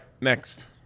next